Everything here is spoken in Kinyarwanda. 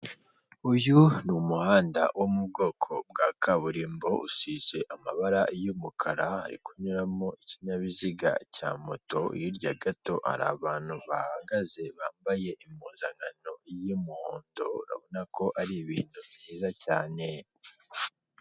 Uyu ni umuhanda wo mu bwoko bwa kaburimbo usize amabara y'umukara, hari kunyuramo ikinyabiziga cya moto, hirya gato hari abantu bahagaze bambaye impuzankano y'umuhondo, urabona ko ari ibintu byiza cyane.